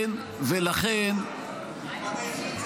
אגב, כמה יש יוצאי חבר המדינות?